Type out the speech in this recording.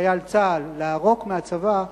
לחייל צה"ל, לערוק מהצבא.